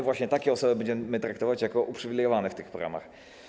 Właśnie takie osoby będziemy traktować jako uprzywilejowane w tych ramach.